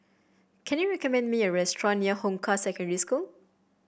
can you recommend me a restaurant near Hong Kah Secondary School